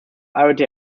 arbeitete